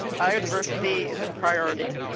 biodiversity is a priority.